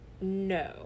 No